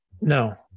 No